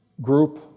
group